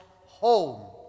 home